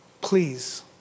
Please